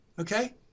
okay